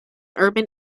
urban